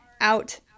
out